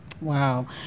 Wow